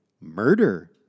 murder